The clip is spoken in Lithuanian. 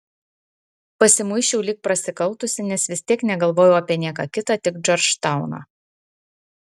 pasimuisčiau lyg prasikaltusi nes vis tiek negalvojau apie nieką kitą tik džordžtauną